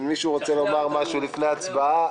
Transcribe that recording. מישהו רוצה לומר משהו לפני ההצבעה?